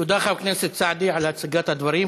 תודה, חבר הכנסת סעדי, על הצגת הדברים.